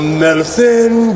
medicine